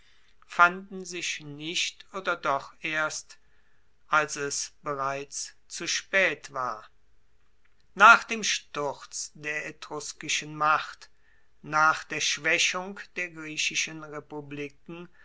fanden sich nicht oder doch erst als es bereits zu spaet war nach dem sturz der etruskischen macht nach der schwaechung der griechischen republiken